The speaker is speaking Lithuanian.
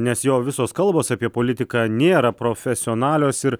nes jo visos kalbos apie politiką nėra profesionalios ir